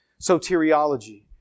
soteriology